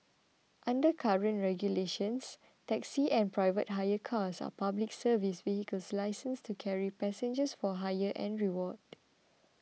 under current regulations taxis and private hire cars are Public Service vehicles licensed to carry passengers for hire and reward